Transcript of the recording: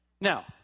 Now